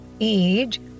age